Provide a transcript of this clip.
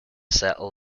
settle